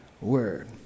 word